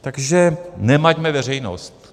Takže nemaťme veřejnost.